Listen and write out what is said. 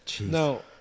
No